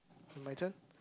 my turn